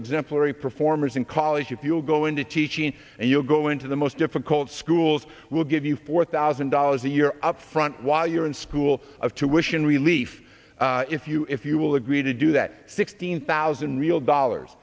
exemplary performers in college if you'll go into teaching and you'll go into the most difficult schools we'll give you four thousand dollars a year up front while you're in school of to wish in relief if you if you will agree to do that sixteen thousand real dollars